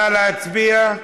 נא להצביע.